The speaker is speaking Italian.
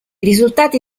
risultati